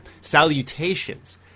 salutations